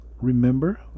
Remember